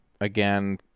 again